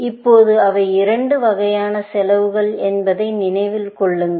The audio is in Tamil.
இப்போது அவை இரண்டு வகையான செலவுகள் என்பதை நினைவில் கொள்ளுங்கள்